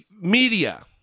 media